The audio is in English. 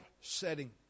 setting